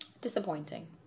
Disappointing